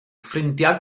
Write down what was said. ffrindiau